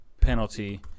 penalty